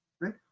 right